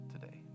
today